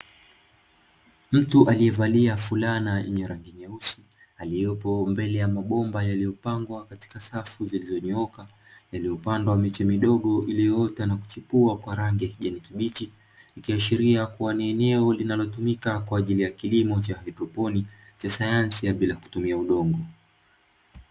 Mtu aliyevalia fulana yenye rangi nyeusi aliyopo mbele ya mabomba yaliyopangwa katika safu zilizonyooka, yaliyopandwa miche midogo iliyoota na kuchipua kwa rangi ya kijani kibichi, ikiashiria kuwa ni eneo linalotumika kwa ajili ya kilimo cha haidroponi cha sayansi ya bila kutumia udongo.